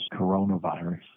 coronavirus